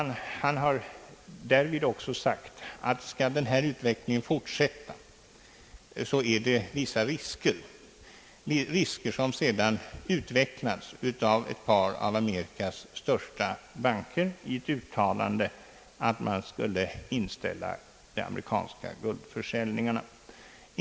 Han har också sagt att skall hittillsvarande utveckling med amerikanskt guldutflöde fortsätta så finns det vissa risker — vilka också klarlagts av ett par av Amerikas största banker i ett uttalande — för att de amerikanska guldförsäljningarna skulle kunna komma att inställas.